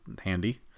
handy